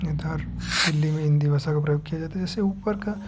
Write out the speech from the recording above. इधर दिल्ली में हिंदी भाषा का प्रयोग किया जाता है जैसे ऊपर का